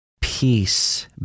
Peace